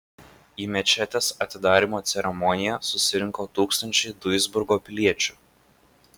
į mečetės atidarymo ceremoniją susirinko tūkstančiai duisburgo piliečių